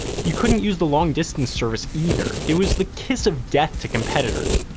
you couldn't use the long distance service, either. it was the kiss of death to competitors.